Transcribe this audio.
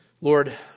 Lord